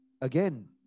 Again